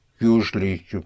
Usually